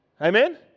Amen